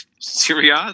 Syria